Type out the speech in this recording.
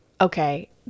okay